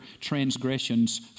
transgressions